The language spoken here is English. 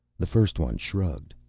the first one shrugged.